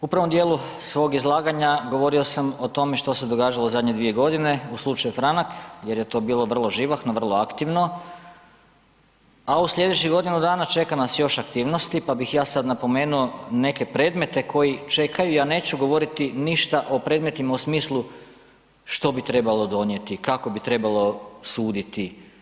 U prvom dijelu svog izlaganja govorio sam o tome što se događalo zadnje dvije godine u slučaju Franak, jer je to bilo vrlo živahno, vrlo aktivno, a u slijedećih godinu dana čeka nas još aktivnosti, pa bih ja sad napomenuo neke predmete koji čekaju, ja neću govoriti ništa o premetima u smislu što bi trebalo donijeti, kako bi trebalo suditi.